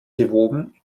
gewoben